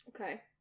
Okay